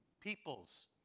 peoples